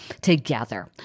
together